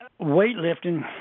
weightlifting